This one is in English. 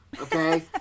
Okay